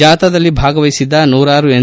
ಜಾಥಾದಲ್ಲಿ ಭಾಗವಹಿಸಿದ್ದ ನೂರಾರು ಎನ್